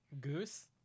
Goose